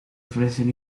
ofrecen